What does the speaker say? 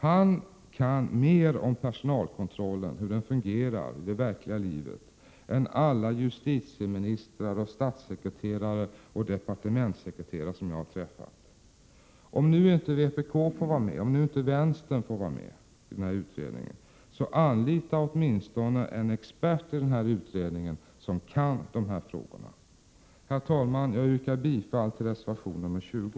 Han kan mer om hur personalkontrollen fungerar i det verkliga livet än alla justitieministrar, statssekreterare och departementssekreterare jag har träffat. Om nu inte vänstern får vara med i utredningen, anlita åtminstone en expert i utredningen som kan dessa frågor! Herr talman! Jag yrkar bifall till reservation 20.